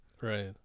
right